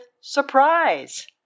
surprise